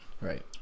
right